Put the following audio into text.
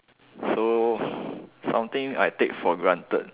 so something I take for granted